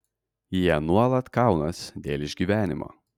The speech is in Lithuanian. jie nuolat kaunas dėl išgyvenimo